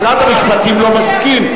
משרד המשפטים לא מסכים,